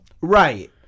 Right